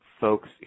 folks